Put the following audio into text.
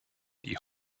die